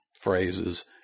phrases